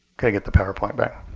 can i get the powerpoint back?